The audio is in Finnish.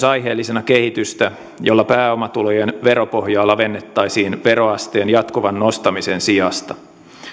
aiheellisena myös kehitystä jolla pääomatulojen veropohjaa lavennettaisiin veroasteen jatkuvan nostamisen sijasta